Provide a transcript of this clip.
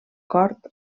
cort